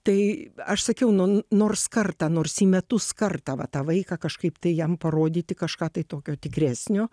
tai aš sakiau nu n nors kartą nors į metus kartą va tą vaiką kažkaip tai jam parodyti kažką tai tokio tikresnio